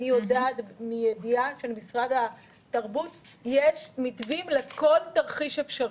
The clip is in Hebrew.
אני יודעת מידיעה שלמשרד התרבות יש מתווים לכל תרחיש אפשרי,